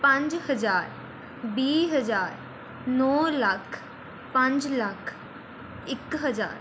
ਪੰਜ ਹਜ਼ਾਰ ਵੀਹ ਹਜ਼ਾਰ ਨੌ ਲੱਖ ਪੰਜ ਲੱਖ ਇੱਕ ਹਜ਼ਾਰ